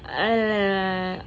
oh